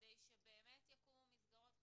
כדי שבאמת יקומו מסגרות חדשות.